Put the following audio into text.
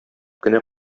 кенә